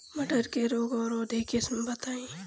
मटर के रोग अवरोधी किस्म बताई?